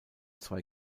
zwei